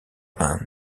man